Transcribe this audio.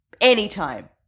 anytime